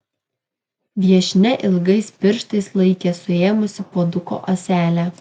viešnia ilgais pirštais laikė suėmusi puoduko ąselę